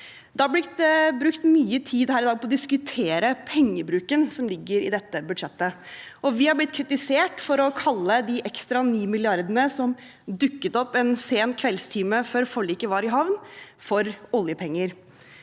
Det er blitt brukt mye tid her i dag på å diskutere pengebruken som ligger i dette budsjettet. Vi er blitt kritisert for å kalle de ekstra ni milliardene som dukket opp en sen kveldstime før forliket var i havn, for oljepenger